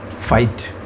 fight